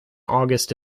august